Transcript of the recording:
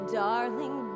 darling